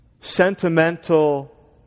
sentimental